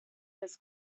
his